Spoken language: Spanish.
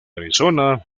arizona